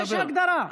יש הגדרה.